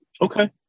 Okay